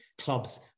clubs